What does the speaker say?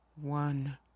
One